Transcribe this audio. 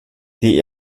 die